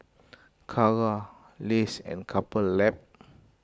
Kara Lays and Couple Lab